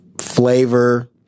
flavor